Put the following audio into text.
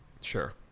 Sure